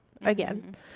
again